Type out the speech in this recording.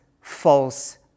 false